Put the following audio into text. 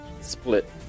split